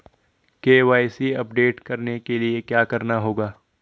KYC update करने के लिए क्या करना होगा?